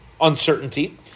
uncertainty